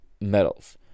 medals